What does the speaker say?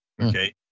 okay